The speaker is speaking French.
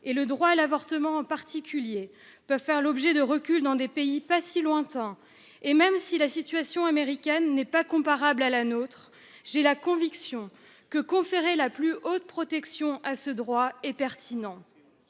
et le droit à l'avortement en particulier, peuvent faire l'objet de reculs dans des pays pas si lointains, et même si la situation américaine n'est pas comparable à la nôtre, j'ai la conviction qu'il est pertinent de conférer la plus haute protection à ce droit. Les droits